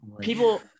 people